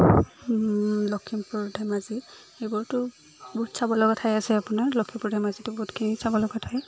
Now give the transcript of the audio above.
লখিমপুৰ ধেমাজি সেইবোৰতো বহুত চাব লগা ঠাই আছে আপোনাৰ লখিমপুৰ ধেমাজিটো বহুতখিনি চাব লগা ঠাই